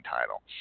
title